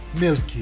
Milky